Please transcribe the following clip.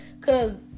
Cause